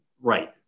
right